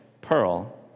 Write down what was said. pearl